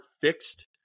fixed